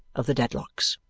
of the dedlocks.